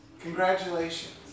congratulations